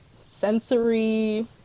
sensory